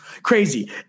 Crazy